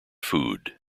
food